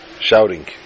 shouting